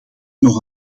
nog